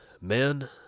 Men